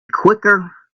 quicker